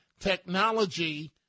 technology